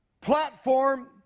platform